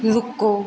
रुको